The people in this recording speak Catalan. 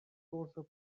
cosa